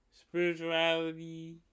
spirituality